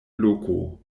loko